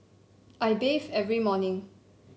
I bathe every morning